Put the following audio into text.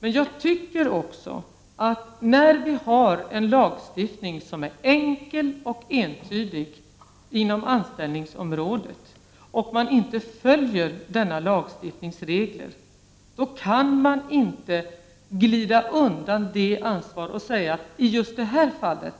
Men när vi har en lagstiftning som är enkel och entydig inom anställningsområdet och man inte följer denna lagstiftnings regler, kan man inte glida undan det ansvaret genom att säga att man i det här fallet